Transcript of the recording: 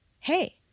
Hey